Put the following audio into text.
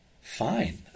fine